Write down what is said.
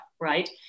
right